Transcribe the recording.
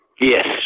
Yes